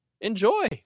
enjoy